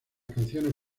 canciones